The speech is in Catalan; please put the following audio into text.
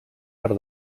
per